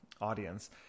audience